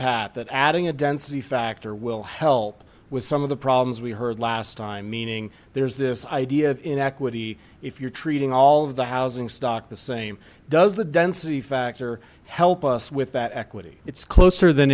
path that adding a density factor will help with some of the problems we heard last time meaning there's this idea of inequity if you're treating all of the housing stock the same does the density factor help us with that equity it's closer than